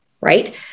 right